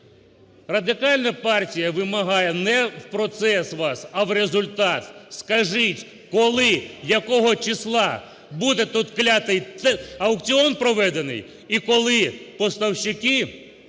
Радикальна партія вимагає не в процес вас, а в результат, скажіть, коли, якого числа буде той клятий аукціон проведений і коли постачальники